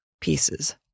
pieces